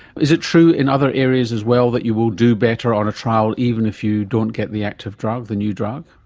is it true in other areas as well that you will do better on a trial, even if you don't get the active drug, the new drug?